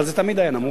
אבל זה תמיד היה נמוך,